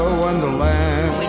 wonderland